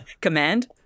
Command